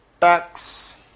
tax